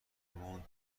موند